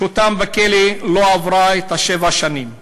שהותם בכלא לא עלתה על שבע שנים.